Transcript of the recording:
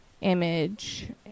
image